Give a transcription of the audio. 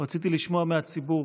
רציתי לשמוע מהציבור.